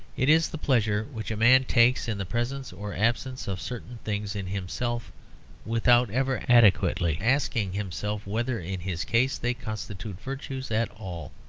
it is the pleasure which a man takes in the presence or absence of certain things in himself without ever adequately asking himself whether in his case they constitute virtues at all.